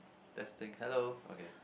testing hello okay